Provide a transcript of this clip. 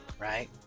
right